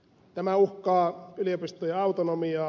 tämä uhkaa yliopistojen autonomiaa